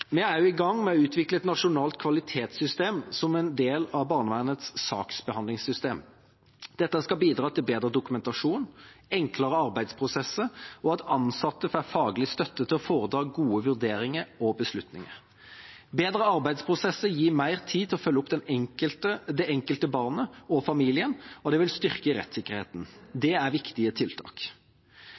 Vi er også i gang med å utvikle et nasjonalt kvalitetssystem som en del av barnevernets saksbehandlingssystem. Dette skal bidra til bedre dokumentasjon, enklere arbeidsprosesser, og at ansatte får faglig støtte til å foreta gode vurderinger og beslutninger. Bedre arbeidsprosesser gir mer tid til å følge opp det enkelte barnet og familien, og det vil styrke rettssikkerheten. Det er viktige tiltak.